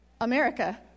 America